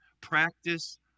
Practice